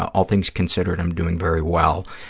all things considered, i'm doing very well.